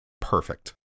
perfect